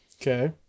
Okay